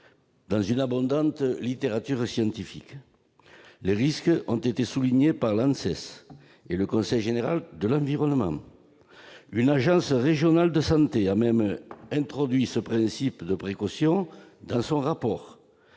dans une abondante littérature scientifique, notamment par l'ANSES et par le Conseil général de l'environnement. Une agence régionale de santé a même évoqué le principe de précaution dans son rapport.